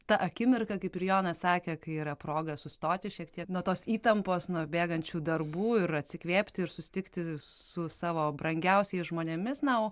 ta akimirka kaip ir jonas sakė kai yra proga sustoti šiek tiek nuo tos įtampos nuo bėgančių darbų ir atsikvėpti ir susitikti su savo brangiausiais žmonėmis na o